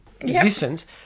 existence